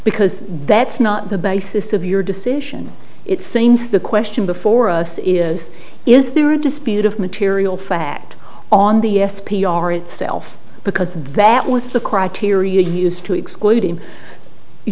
because that's not the basis of your decision it seems the question before us is is there a dispute of material fact on the s p r itself because that was the criteria used to exclude him you